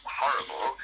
horrible